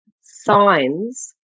signs